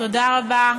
תודה רבה.